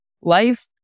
life